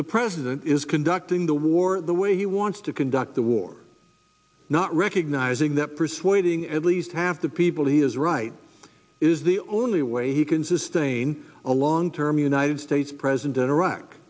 the president is conducting the war the way he wants to conduct the war not recognizing that persuading at least half the people he is right is the only way he can sustain a long term united states president i